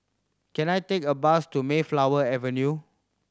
can I take a bus to Mayflower Avenue